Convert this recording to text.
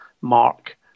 mark